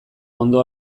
ondo